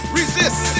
resist